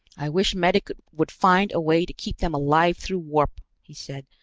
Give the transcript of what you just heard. i wish medic would find a way to keep them alive through warp, he said.